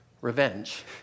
revenge